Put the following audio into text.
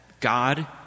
God